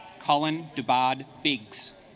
colin debarred biggs